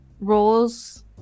roles